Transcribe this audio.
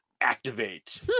activate